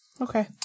Okay